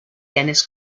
dennis